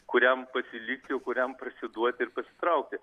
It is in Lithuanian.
kuriam pasilikti o kuriam parsiduoti ir pasitraukti